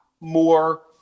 more